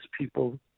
people